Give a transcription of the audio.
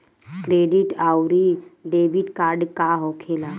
Credit आउरी debit card का होखेला?